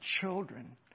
children